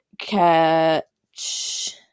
catch